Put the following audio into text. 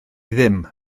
ddim